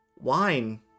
Wine